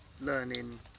learning